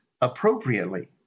appropriately